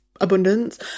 abundance